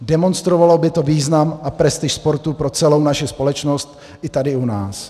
Demonstrovalo by to význam a prestiž sportu pro celou naši společnosti i tady u nás.